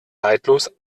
neidlos